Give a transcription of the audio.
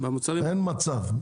אין מצב.